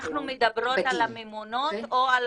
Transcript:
אנחנו מדברות על הממונות או על